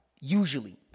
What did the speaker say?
usually